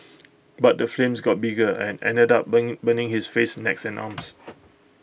but the flames got bigger and ended up burn burning his face neck and arms